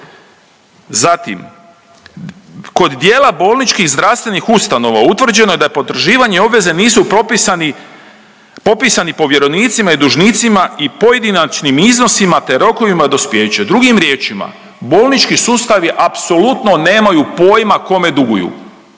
Zatim, kod dijela bolničkih zdravstvenih ustanova utvrđeno je da potraživanje obveze nisu propisani, popisani po povjerenicima i dužnicima i pojedinačnim iznosima te rokovima dospijeća. Drugim riječima, bolnički sustavi apsolutno nemaju pojma kome duguju.